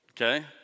Okay